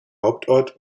hauptort